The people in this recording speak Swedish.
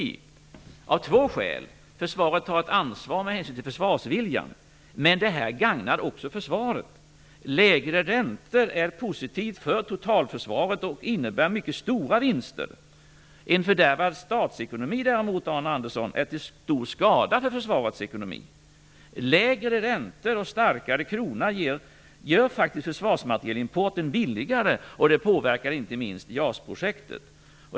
Det finns två skäl till detta. Försvaret har ett ansvar med hänsyn till försvarsviljan, men det här gagnar också försvaret. Lägre räntor är positivt för totalförsvaret och innebär mycket stora vinster. En fördärvad statsekonomi däremot, Arne Andersson, är till stor skada för försvarets ekonomi. Lägre räntor och starkare krona gör faktiskt försvarsmaterielimporten billigare, och det påverkar inte minst JAS-projektet.